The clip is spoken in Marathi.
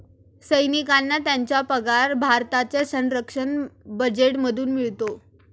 सैनिकांना त्यांचा पगार भारताच्या संरक्षण बजेटमधूनच मिळतो